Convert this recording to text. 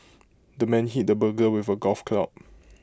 the man hit the burglar with A golf club